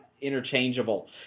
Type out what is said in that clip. interchangeable